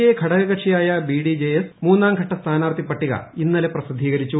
A ഘടകകക്ഷിയായ ബിഡിജെഎസ് മൂന്നാം ഘട്ട സ്ഥാനാർത്ഥി പട്ടിക ഇന്നലെ പ്രസിദ്ധീകരിച്ചു